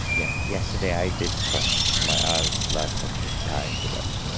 yeah. yesterday, i did cross my arms lots of the time. but.